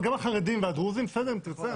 גם החרדים והדרוזים אם תרצה,